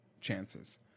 chances